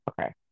Okay